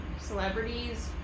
celebrities